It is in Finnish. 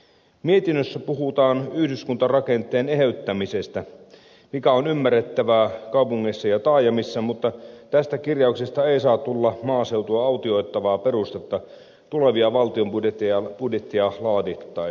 mietinnössä puhutaan yhdyskuntarakenteen eheyttämisestä mikä on ymmärrettävää kaupungeissa ja taajamissa mutta tästä kirjauksesta ei saa tulla maaseutua autioittavaa perustetta tulevia valtion budjetteja laadittaessa